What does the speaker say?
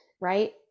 Right